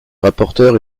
rapporteur